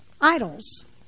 idols